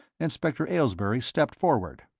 inspector aylesbury stepped forward.